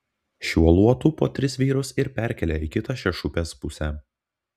šiuo luotu po tris vyrus ir perkelia į kitą šešupės pusę